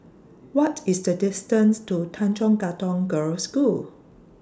What IS The distance to Tanjong Katong Girls' School